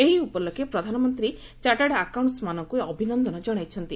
ଏହି ଉପଲକ୍ଷେ ପ୍ରଧାନମନ୍ତ୍ରୀ ଚାର୍ଟାଡ୍ ଆକାଉଣ୍ଟାଣ୍ଟ୍ମାନଙ୍କୁ ଅଭିନନ୍ଦନ ଜଣାଇଛନ୍ତି